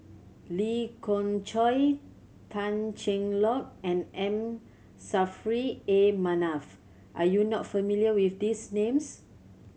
Lee Khoon Choy Tan Cheng Lock and M Saffri A Manaf are you not familiar with these names